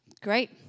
Great